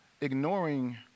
ignoring